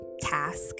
task